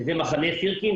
שזה מחנה סירקין,